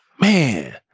man